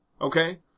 okay